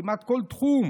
כמעט כל תחום,